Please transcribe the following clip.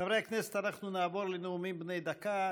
חברי הכנסת, אנחנו נעבור לנאומים בני דקה.